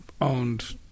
owned